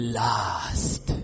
last